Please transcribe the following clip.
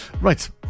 Right